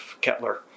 Kettler